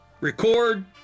record